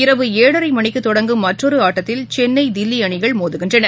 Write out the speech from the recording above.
இரவு ஏழரைமணிக்குதொடங்கும் மற்றொருஆட்டத்தில் சென்னை தில்லிஅணிகள் மோதுகின்றன